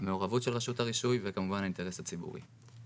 המעורבות של רשות הרישוי וכמובן האינטרס הציבורי.